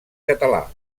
català